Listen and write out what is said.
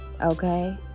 okay